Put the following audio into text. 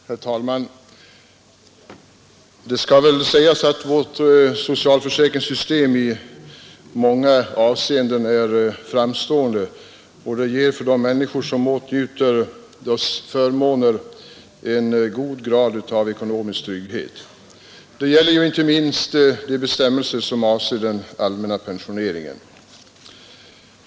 Herr talman! Det kan väl sägas att vårt socialförsäkringssystem i många avseenden är framstående och ger de människor som åtnjuter dess förmåner en god grad av ekonomisk trygghet. Det gäller inte minst de bestämmelser som avser den allmänna pensioneringen.